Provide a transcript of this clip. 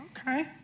okay